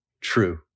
true